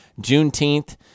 Juneteenth